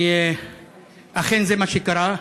ואכן זה מה שקרה.